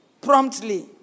promptly